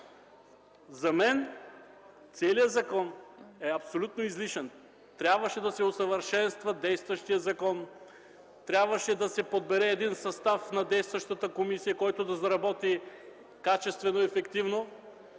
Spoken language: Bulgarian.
За мен целият закон е абсолютно излишен. Трябваше да се усъвършенства действащият закон, трябваше да се подбере състав на действащата комисия, който да заработи качествено и ефективно,